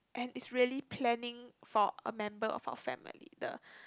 and it's really planning for a member of our family in the